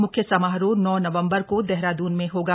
मुख्य समारोह नौ नवंबर को देहरादून में होगा